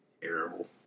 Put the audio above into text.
Terrible